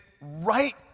right